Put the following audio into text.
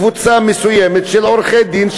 קבוצה מסוימת של עורכי-דין,